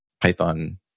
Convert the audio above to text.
Python